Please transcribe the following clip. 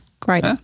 Great